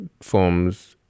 forms